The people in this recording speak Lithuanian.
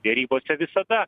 derybose visada